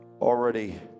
already